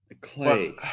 Clay